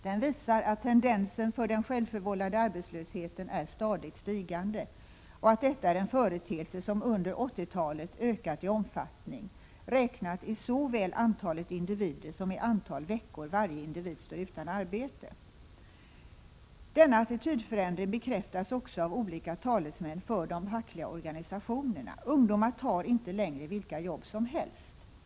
Den visar att tendensen för den självförvållade arbetslösheten är stadigt stigande och att detta är en företeelse som under 1980-talet ökat i omfattning, räknat såväl i antalet individer som i antal veckor varje individ står utan arbete. Denna attitydförändring bekräftas också av olika talesmän för de fackliga organisationerna. Ungdomar tar inte längre vilka jobb som helst.